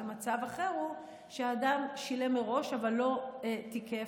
ומצב אחר הוא שאדם שילם מראש אבל לא תיקף,